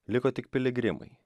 liko tik piligrimai